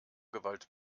gewalt